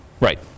right